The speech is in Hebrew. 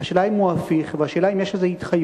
השאלה אם הוא הפיך והשאלה אם יש איזו התחייבות